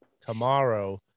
tomorrow